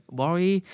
worry